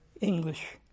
English